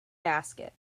basket